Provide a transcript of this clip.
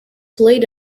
played